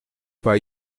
pas